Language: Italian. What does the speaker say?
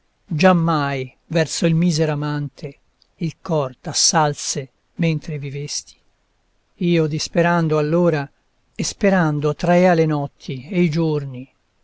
giammai verso il misero amante il cor t'assalse mentre vivesti io disperando allora e sperando traea le notti e i giorni